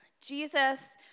Jesus